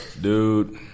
dude